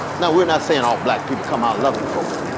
now we're not saying all black people come out loving folk.